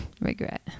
regret